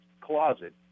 closet